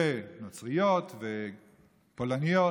ונוצריות ופולניות.